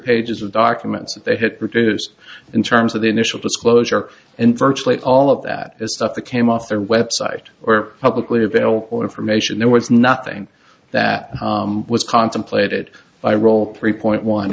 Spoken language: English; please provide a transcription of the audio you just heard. pages of documents that they had produced in terms of the initial disclosure and virtually all of that is stuff that came off their website or publicly available information there was nothing that was contemplated by role three point one